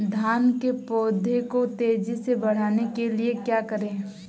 धान के पौधे को तेजी से बढ़ाने के लिए क्या करें?